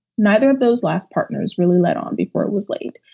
neither of those last partners really let on before it was late,